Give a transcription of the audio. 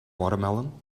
watermelon